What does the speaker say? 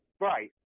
Right